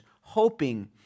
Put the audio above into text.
hoping